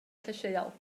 llysieuol